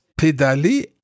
pédaler